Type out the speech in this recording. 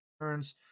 turns